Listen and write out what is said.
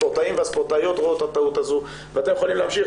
הספורטאים והספורטאיות רואים את הטעות הזאת ואתם יכולים להמשיך.